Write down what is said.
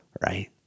right